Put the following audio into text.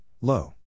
low